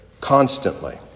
constantly